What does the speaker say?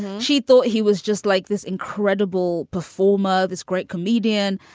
she thought he was just like this incredible performer, this great comedian.